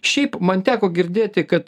šiaip man teko girdėti kad